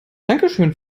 dankeschön